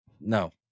no